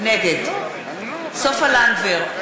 נגד סופה לנדבר,